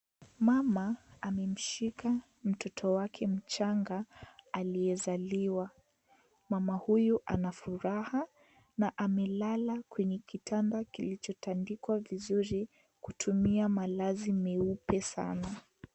Mama amemshika mtoto wake mchanga aliyezaliwa. Mama huyu ana furaha na amelala kwenye kitanda kilichotandikwa vizuri kutumia malazi meupe sana.